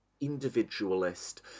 Individualist